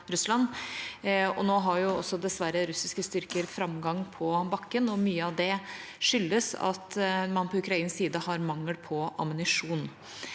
også – dessverre – russiske styrker framgang på bakken. Mye av det skyldes at man på ukrainsk side har mangel på ammunisjon.